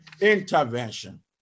intervention